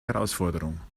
herausforderung